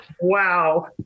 Wow